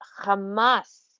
Hamas